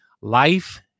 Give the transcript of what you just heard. Life